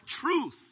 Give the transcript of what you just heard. truth